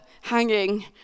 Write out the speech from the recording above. hanging